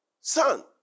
Son